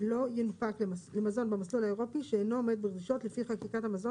לא ינופק למזון במסלול האירופי שאינו עומד בדרישות לפי חקיקת המזון